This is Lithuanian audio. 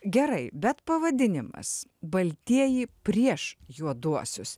gerai bet pavadinimas baltieji prieš juoduosius